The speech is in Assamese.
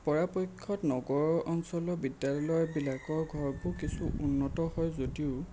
পৰাপক্ষত নগৰ অঞ্চলৰ বিদ্যালয়বিলাকৰ ঘৰবোৰ কিছু উন্নত হয় যদিও